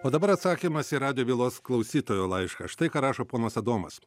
o dabar atsakymas į radijo bylos klausytojo laišką štai ką rašo ponas adomas